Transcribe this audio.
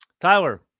Tyler